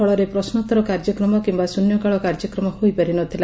ଫଳରେ ପ୍ରଶ୍ନୋଉର କାର୍ଯ୍ୟକ୍ରମ କିମ୍ଘା ଶ୍ରନ୍ୟକାଳ କାର୍ଯ୍ୟକ୍ରମ ହୋଇ ପାରି ନ ଥିଲା